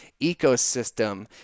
ecosystem